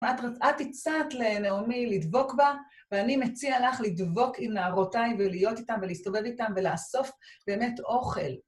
את הצעת לנעמי לדבוק בה, ואני מציע לך לדבוק עם נערותיי ולהיות איתן ולהסתובב איתן ולאסוף באמת אוכל.